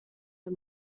môr